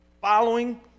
following